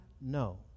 No